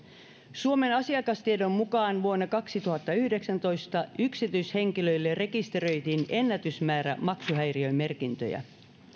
suomen asiakastiedon mukaan vuonna kaksituhattayhdeksäntoista yksityishenkilöille rekisteröitiin ennätysmäärä maksuhäiriömerkintöjä